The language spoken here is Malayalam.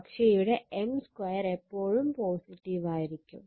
പക്ഷെ ഇവിടെ M 2 എപ്പോഴും പോസിറ്റീവായിരിക്കും